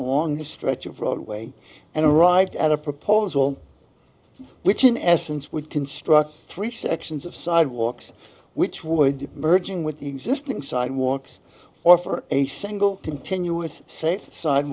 long stretch of roadway and arrived at a proposal which in essence would construct three sections of sidewalks which would be merging with existing sidewalks or for a single continuous set side